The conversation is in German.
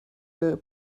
der